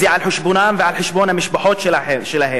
זה על חשבונם ועל חשבון המשפחות שלהם,